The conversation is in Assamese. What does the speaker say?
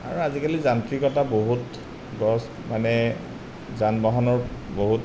আৰু আজিকালি যান্ত্ৰিকতা বহুত মানে যান বাহনৰো বহুত